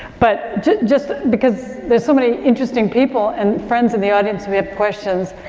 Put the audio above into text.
but, just, just because there's so many interesting people and friends in the audience who have questions,